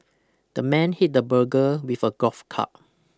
the man hit the burger with a golf club